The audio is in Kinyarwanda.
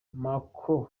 marco